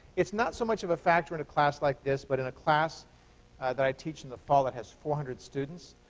it's not so much of a factor in a class like this, but in a class that i teach in the fall that has four hundred students,